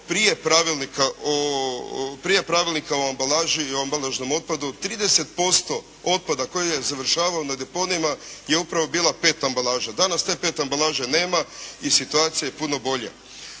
prije Pravilnika o ambalaži i o ambalažnom otpadu, 30 % otpada koji je završavao na deponijama je upravo bila PET ambalaža. Danas te PET ambalaže nema i situacija je puno bolja.